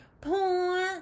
point